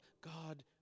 God